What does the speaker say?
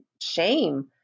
shame